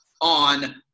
on